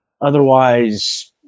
otherwise